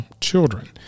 children